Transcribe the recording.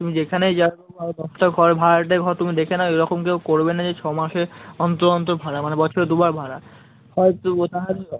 তুমি যেখানেই যাও বাবু আরও দশটা ঘর ভাড়াটে ঘর দেখে নাও এরকম কেউ করবে না যে ছ মাসে অন্তর অন্তর ভাড়া মানে বছরে দুবার ভাড়া হয়তো